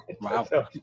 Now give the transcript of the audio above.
Wow